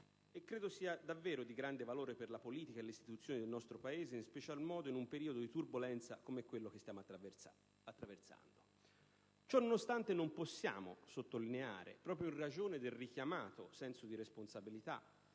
credo sia di grande valore per la politica e le istituzioni del nostro Paese, specialmente in un periodo di grande turbolenza come quello che stiamo attraversando. Ciononostante, non possiamo non sottolineare, proprio in ragione del richiamato senso di responsabilità